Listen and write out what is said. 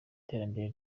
iterambere